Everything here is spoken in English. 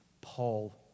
Paul